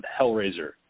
Hellraiser